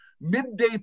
Midday